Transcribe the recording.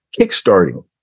kickstarting